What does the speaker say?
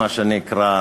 מה שנקרא,